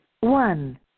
One